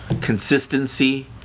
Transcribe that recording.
Consistency